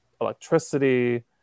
electricity